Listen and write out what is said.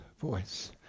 voice